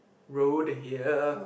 road here